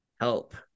help